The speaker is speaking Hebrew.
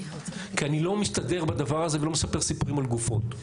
כי אני לא מתהדר בדבר הזה ולא מספר סיפורים על גופות.